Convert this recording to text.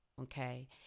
Okay